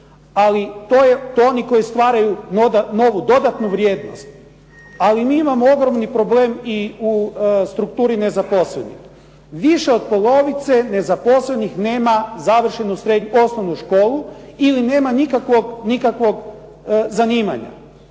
Ali to oni koji stvaraju novu dodatnu vrijednost. Ali mi imamo ogromni problem i u strukturi nezaposlenih. Više od polovice nezaposlenih nema završenu osnovnu školu ili nema nikakvog zanimanja.